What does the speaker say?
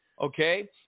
okay